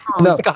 No